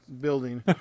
building